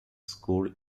school